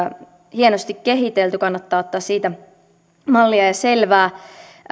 hienosti kehitelty kannattaa ottaa siitä mallia ja selvää